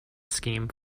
scheme